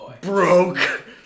broke